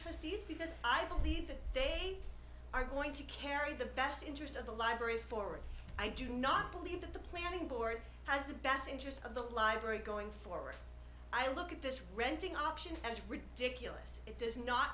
trustees because i believe that they are going to carry the best interest of the library for i do not believe that the planning board has the best interest of the library going forward i look at this renting option as ridiculous it does not